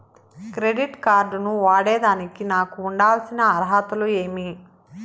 Credit card ను వాడేదానికి నాకు ఉండాల్సిన అర్హతలు ఏమి?